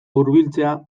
hurbiltzea